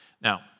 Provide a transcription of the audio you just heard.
Now